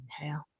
inhale